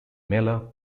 mella